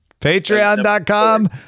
Patreon.com